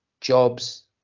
jobs